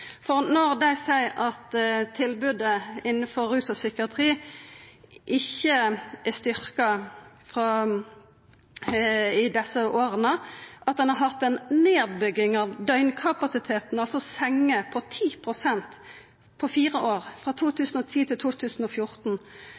for det. Når dei seier at tilbodet innanfor rus og psykiatri ikkje er styrkt i desse åra, at ein har hatt ei nedbygging av døgnkapasiteten, altså senger, på 10 pst. på 4 år, frå 2010 til 2014,